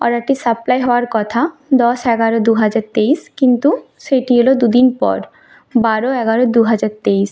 অর্ডারটি সাপ্লাই হওয়ার কথা দশ এগারো দুহাজার তেইশ কিন্তু সেটি এল দুদিন পর বারো এগারো দুহাজার তেইশ